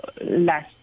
less